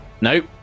nope